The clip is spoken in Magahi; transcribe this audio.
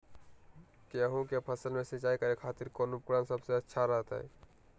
गेहूं के फसल में सिंचाई करे खातिर कौन उपकरण सबसे अच्छा रहतय?